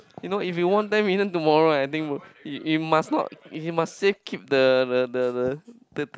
you know if you won ten million tomorrow I think you must not you must safe keep the the the the the the